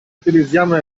utilizziamo